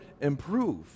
improve